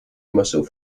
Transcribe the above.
muscle